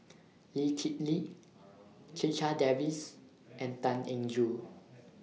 Lee Kip Lee Checha Davies and Tan Eng Joo